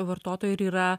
vartotojų ir yra